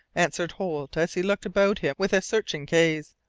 answered holt, as he looked about him with a searching gaze,